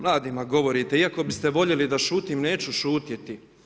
Mladima govorite, iako biste voljeli da šutim neću šutjeti.